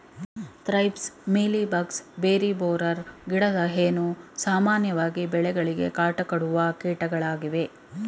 thrips, mealy bugs, berry borer, ಗಿಡದ ಹೇನು, ಸಾಮಾನ್ಯವಾಗಿ ಬೆಳೆಗಳಿಗೆ ಕಾಟ ಕೊಡುವ ಕೀಟಗಳಾಗಿವೆ